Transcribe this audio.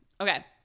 Okay